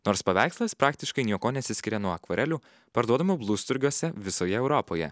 nors paveikslas praktiškai niekuo nesiskiria nuo akvarelių parduodamų blusturgiuose visoje europoje